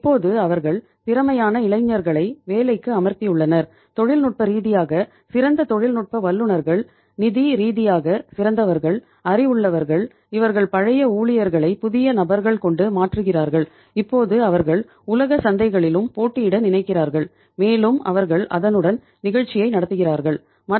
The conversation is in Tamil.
இப்போது அவர்கள் திறமையான இளைஞர்களை வேலைக்கு அமர்த்தியுள்ளனர் தொழில்நுட்ப ரீதியாக சிறந்த தொழில்நுட்ப வல்லுநர்கள் நிதி ரீதியாக சிறந்தவர்கள் அறிவுள்ளவர்கள் இவர்கள் பழைய ஊழியர்களை புதிய நபர்கள் கொண்டு மாற்றுகிறார்கள் இப்போது அவர்கள் உலகச் சந்தைகளிலும் போட்டியிட நினைக்கிறார்கள் மேலும் அவர்கள் அதனுடன் நிகழ்ச்சியை நடத்துகிறார்கள்